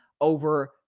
over